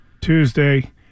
Tuesday